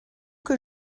que